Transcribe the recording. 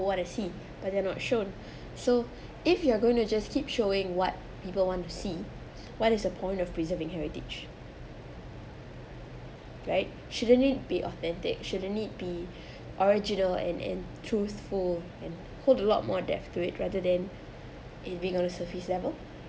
what they see but they are not shown so if you're going to just keep showing what people want to see what is the point of preserving heritage right shouldn't it be authentic shouldn't it be original and and truthful and hold a lot more depth to it rather than it being on a surface level